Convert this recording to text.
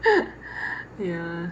ya